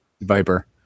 viper